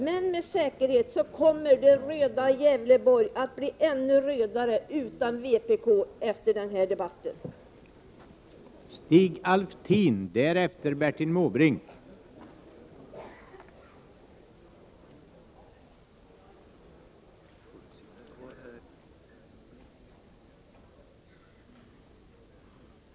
Men med säkerhet kommer det röda Gävleborg efter den här debatten att bli ännu rödare utan vpk.